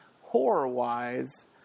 horror-wise